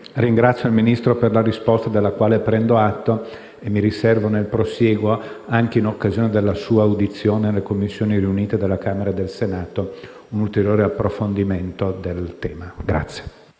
ringrazio per la risposta, della quale prendo atto, e mi riservo nel prosieguo - anche in occasione della sua audizione presso le Commissioni riunite di Camera e Senato - un ulteriore approfondimento del tema.